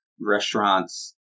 restaurants